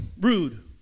rude